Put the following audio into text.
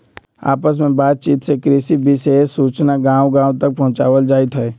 आपस में बात चित से कृषि विशेष सूचना गांव गांव तक पहुंचावल जाईथ हई